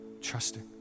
Trusting